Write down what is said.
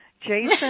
Jason